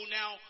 now